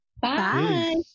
Bye